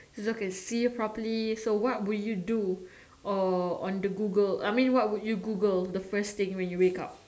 you still can see properly so what would you do or on the Google I mean what would you Google the first thing when you wake up